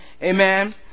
Amen